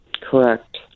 correct